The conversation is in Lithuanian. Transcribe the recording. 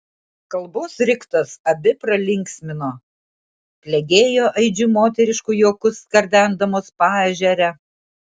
kalbos riktas abi pralinksmino klegėjo aidžiu moterišku juoku skardendamos paežerę